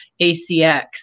ACX